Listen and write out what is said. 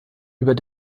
über